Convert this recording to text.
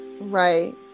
right